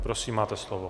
Prosím, máte slovo.